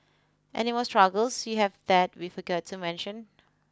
any more struggles you have that we forgot to mention